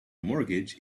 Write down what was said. mortgage